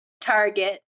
target